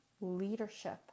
leadership